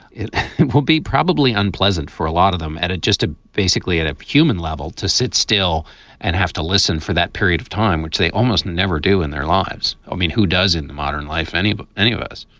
it will be probably unpleasant for a lot of them. and it just ah basically at a human level to sit still and have to listen for that period of time, which they almost never do in their lives. i mean, who does in the modern life, any of of any of us,